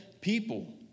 people